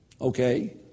Okay